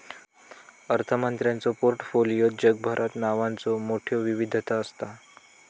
अर्थमंत्र्यांच्यो पोर्टफोलिओत जगभरात नावांचो मोठयो विविधता असता